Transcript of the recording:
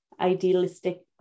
idealistic